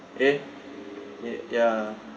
eh eh ya